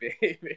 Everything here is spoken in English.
baby